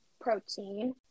protein